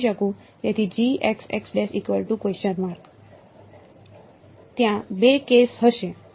તેથી ત્યાં બે કેસ હશે